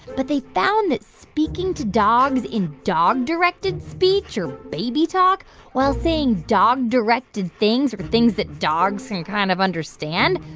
but they found that speaking to dogs in dog-directed speech or baby talk while saying dog-directed things, or things that dogs can and kind of understand,